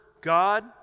God